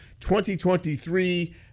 2023